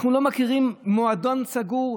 אנחנו לא מכירים מועדון סגור?